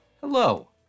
hello